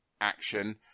action